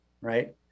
right